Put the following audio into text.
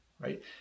right